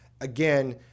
Again